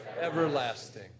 everlasting